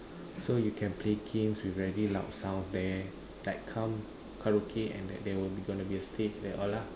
so you can play games with very loud sounds there like come karaoke at night there will be going to be a stage there all lah